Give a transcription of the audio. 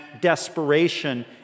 desperation